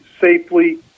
safely